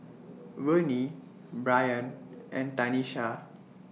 Vennie Brayan and Tanisha